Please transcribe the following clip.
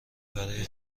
برای